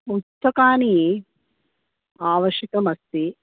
पुस्तकानि आवश्यकम् अस्ति